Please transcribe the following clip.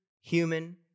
human